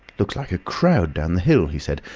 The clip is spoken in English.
looks like a crowd down the hill, he said,